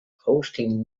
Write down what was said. hosting